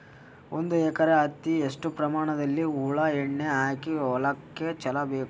ಒಂದು ಎಕರೆ ಹತ್ತಿ ಎಷ್ಟು ಪ್ರಮಾಣದಲ್ಲಿ ಹುಳ ಎಣ್ಣೆ ಹಾಕಿ ಹೊಲಕ್ಕೆ ಚಲಬೇಕು?